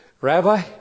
Rabbi